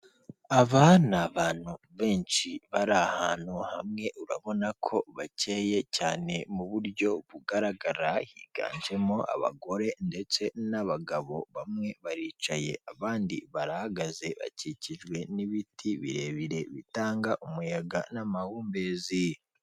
Aba ni abantu benshi bari ahantu hamwe urabona ko bakeye cyane mu buryo bugaragara, higanjemo abagore ndetse n'abagabo bamwe baricaye abandi barahagaze bakikijwe n'ibiti birebire bitanga umuyaga n'amahumbezi.